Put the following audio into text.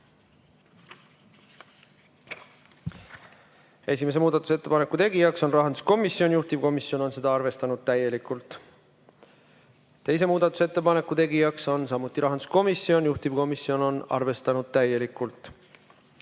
Esimese muudatusettepaneku tegija on rahanduskomisjon, juhtivkomisjon on seda arvestanud täielikult. Teise muudatusettepaneku tegija on samuti rahanduskomisjon, juhtivkomisjon on arvestanud täielikult.